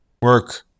work